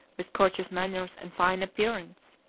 with courteous manners and fine appearance.